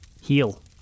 heal